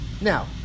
Now